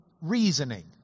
reasoning